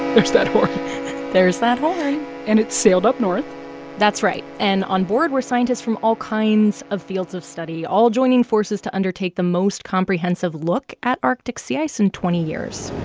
there's that horn there's that horn and it sailed up north that's right. and onboard were scientists from all kinds of fields of study, all joining forces to undertake the most comprehensive look at arctic sea ice in twenty years